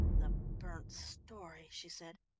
the burnt story, she said.